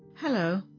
Hello